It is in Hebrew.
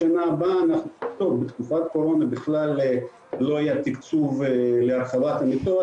לשנה הבאה בתקופת קורונה בכלל לא היה תקצוב להרחבת המיטות